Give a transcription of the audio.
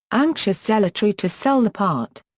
anxious zealotry to sell the part.